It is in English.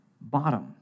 bottom